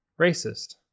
racist